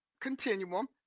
continuum